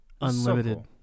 Unlimited